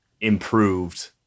improved